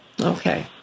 Okay